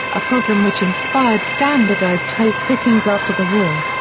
a problem which inspired standardized hose fittings after the war.